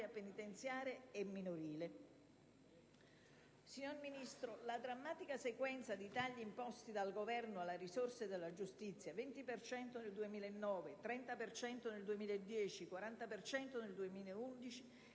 penitenziaria e minorile. Signor Ministro, la drammatica sequenza dei tagli imposti dal Governo alle risorse della giustizia (20 per cento nel 2009, 30 per cento nel 2010, 40 per cento nel 2011),